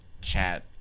chat